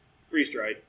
freeze-dried